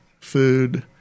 food